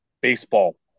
baseball